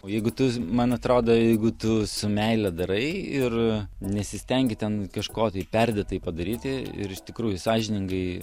o jeigu tu man atrodo jeigu tu su meile darai ir nesistengi ten kažko tai perdėtai padaryti ir iš tikrųjų sąžiningai